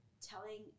telling